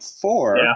four